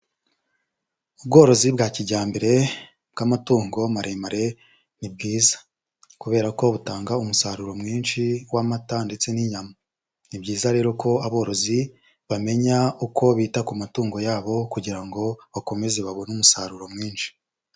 Ubworozi bwa kijyambere bw'amatungo maremare ni bwiza kubera ko butanga umusaruro mwinshi w'amata ndetse n'inyama, ni byiza rero ko aborozi bamenya uko bita ku matungo yabo kugira ngo bakomeze babone umusaruro mwinshi.